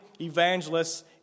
evangelists